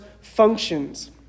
functions